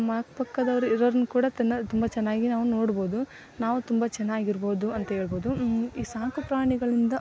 ನಮ್ಮ ಅಕ್ಕಪಕ್ಕದವ್ರು ಇರೋರನ್ನು ಕೂಡ ತುಂಬ ಚೆನ್ನಾಗಿ ನಾವು ನೋಡ್ಬೋದು ನಾವು ತುಂಬ ಚೆನ್ನಾಗಿರ್ಬೋದು ಅಂತೇಳ್ಬೋದು ಈ ಸಾಕು ಪ್ರಾಣಿಗಳಿಂದ